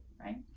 Right